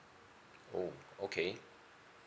oh okay